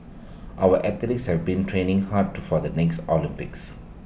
our athletes have been training hard to for the next Olympics